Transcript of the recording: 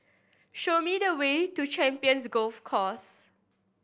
show me the way to Champions Golf Course